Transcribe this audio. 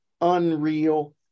unreal